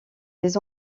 les